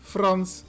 Frans